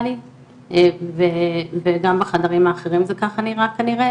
לי וגם בחדרים האחרים זה ככה נראה כנראה,